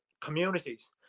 communities